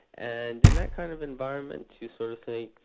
and in that kind of environment, you sort of say,